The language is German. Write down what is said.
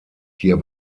hier